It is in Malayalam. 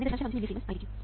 5 മില്ലിസീമെൻസ് ആയിരിക്കും